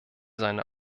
seine